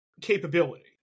capability